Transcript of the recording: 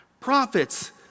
Prophets